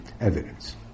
evidence